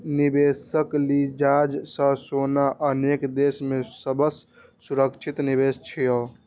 निवेशक लिजाज सं सोना अनेक देश मे सबसं सुरक्षित निवेश छियै